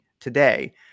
today